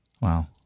Wow